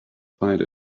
find